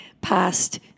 past